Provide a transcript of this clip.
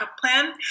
plan